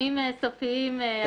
נתונים סופיים עדכניים?